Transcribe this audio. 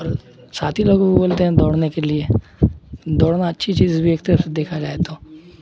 اور ساتھی لوگ بولتے ہیں دوڑنے کے لیے دوڑنا اچھی چیز بھی ایک طرف سے دیکھا جائے تو